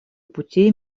путей